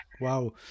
Wow